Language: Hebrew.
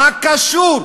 מה קשור?